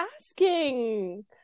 asking